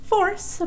Force